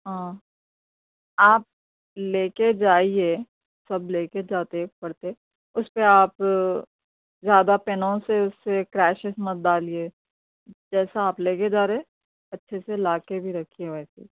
ہاں آپ لے کے جائیے سب لے کے جاتے پڑھتے اس پہ آپ زیادہ پینوں سے اس سے کریشز مت ڈالیے جیسا آپ لے کے جا رہے اچھے سے لا کے بھی رکھیے ویسے